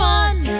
one